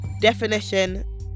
Definition